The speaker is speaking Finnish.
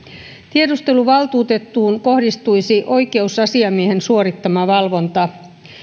tiedusteluvaltuutettuun kohdistuisi oikeusasiamiehen suorittama valvonta